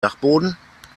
dachboden